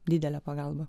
didelė pagalba